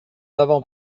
avant